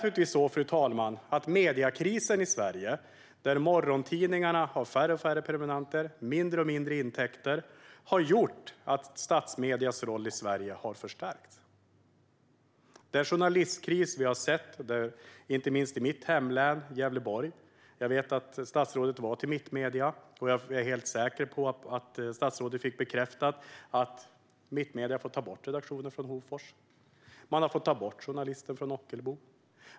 Mediekrisen i Sverige, där morgontidningarna har allt färre prenumeranter och får allt mindre intäkter, har gjort att statsmediernas roll i Sverige har förstärkts. Vi har sett en journalistkris, inte minst i mitt hemlän Gävleborg. Jag vet att statsrådet har besökt Mittmedia, och jag är säker på att hon fick bekräftat att Mittmedia har tagit bort redaktionen i Hofors och tagit bort journalisten från Ockelbo.